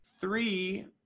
three